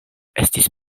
estis